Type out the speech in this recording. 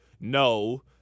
no